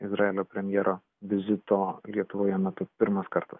izraelio premjero vizito lietuvoje matyt pirmas kartas